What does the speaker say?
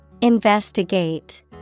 investigate